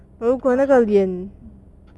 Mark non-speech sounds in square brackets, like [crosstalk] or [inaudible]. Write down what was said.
!wah! hard leh [noise]